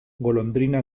golondrina